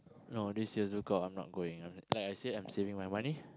no this year ZoukOut I'm not going like I said I'm saving my money